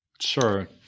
Sure